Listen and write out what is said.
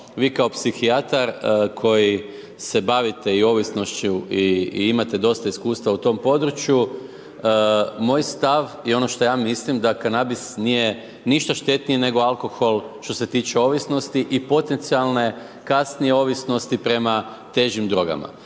vi kao psihijatar koji se bavite i ovisnošću i imate dosta iskustva u tom području, moj stav i ono što ja mislim, da kanabis nije ništa štetniji, nego alkohol, što se tiče ovisnosti i potencijalne kasnije ovisnosti prema težim drogama.